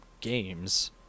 games